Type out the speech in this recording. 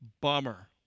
bummer